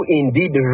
indeed